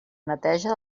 neteja